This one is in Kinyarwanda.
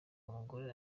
umugore